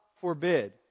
forbid